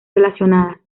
relacionadas